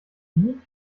wie